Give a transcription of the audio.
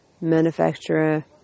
manufacturer